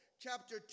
chapter